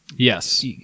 Yes